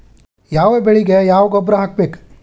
ಯಾವ ಬೆಳಿಗೆ ಯಾವ ಗೊಬ್ಬರ ಹಾಕ್ಬೇಕ್?